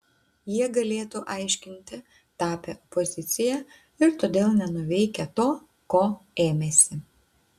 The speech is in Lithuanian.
jie galėtų aiškinti tapę opozicija ir todėl nenuveikę to ko ėmėsi